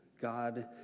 God